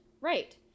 Right